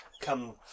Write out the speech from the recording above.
come